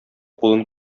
кулын